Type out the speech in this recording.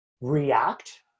react